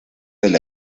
del